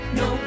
no